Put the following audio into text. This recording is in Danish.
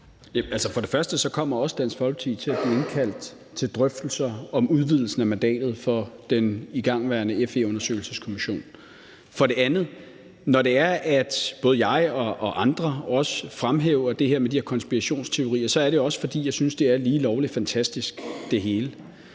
for det første kommer også Dansk Folkeparti til at blive indkaldt til drøftelser om udvidelsen af mandatet for den igangværende FE-undersøgelseskommission. For det andet er det også, når både jeg og også andre fremhæver det her med de her konspirationsteorier, fordi jeg synes, at det hele er lige lovlig fantastisk. Jeg har